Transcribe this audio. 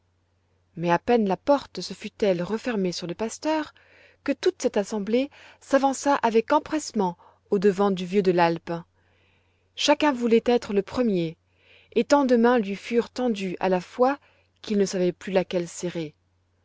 mais à peine la porte se fut-elle refermée sur le pasteur que toute cette assemblée s'avança avec empressement au-devant du vieux de l'alpe chacun voulait être le premier et tant de mains lui furent tendues à la fois qu'il ne savait plus laquelle serrer